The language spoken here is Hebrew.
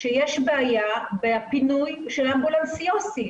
שיש בעיה בפינוי של אמבולנס יוסי.